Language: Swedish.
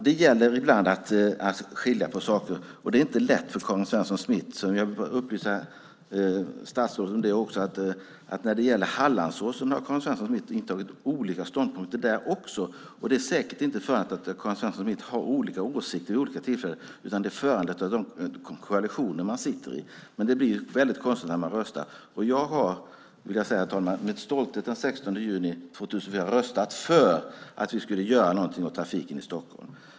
Det gäller ibland att skilja på saker. Det är inte lätt för Karin Svensson Smith. Jag kan upplysa statsrådet om att när det gäller Hallandsåsen har Karin Svensson Smith intagit olika ståndpunkter där också. Det är säkert inte föranlett av att Karin Svensson Smith har olika åsikter vid olika tillfällen, utan det är föranlett av de koalitioner man sitter i. Men det blir väldigt konstigt när man röstar. Jag har, herr talman, med stolthet den 16 juni 2004 röstat för att vi skulle göra något åt trafiken i Stockholm.